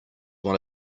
one